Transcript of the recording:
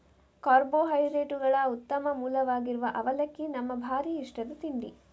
ಕಾರ್ಬೋಹೈಡ್ರೇಟುಗಳ ಉತ್ತಮ ಮೂಲವಾಗಿರುವ ಅವಲಕ್ಕಿ ನಮ್ಮ ಭಾರೀ ಇಷ್ಟದ ತಿಂಡಿ